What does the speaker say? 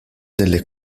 delle